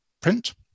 print